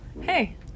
Hey